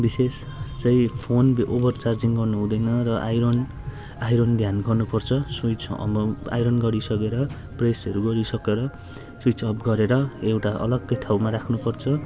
विशेष चाहिँ phone over charging गर्नु हुँदैन र आइरन आइरन ध्यान गर्नुपर्छ स्विच आइरन गरिसकेर प्रेसहरू गरिसकेर स्विच अफ गरेर एउटा अलग्गै ठाउँमा राख्नुपर्छ